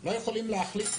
לא יכולים להחליט.